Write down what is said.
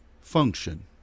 function